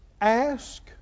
Ask